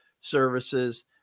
services